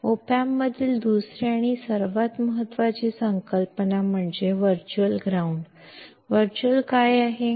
ಒಪಾಮ್ಪ್ನಲ್ಲಿ ಎರಡನೆಯ ಮತ್ತು ಪ್ರಮುಖ ಪರಿಕಲ್ಪನೆಯು ವರ್ಚುವಲ್ ಗ್ರೌಂಡ್ ಆಗಿದೆ ವರ್ಚುವಲ್ ಎಂದರೇನು